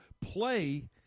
play